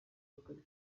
w’akarere